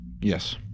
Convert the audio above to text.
Yes